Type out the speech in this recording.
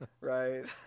right